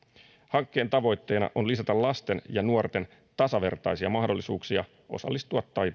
hankkeen tavoitteena on lisätä lasten ja nuorten tasavertaisia mahdollisuuksia osallistua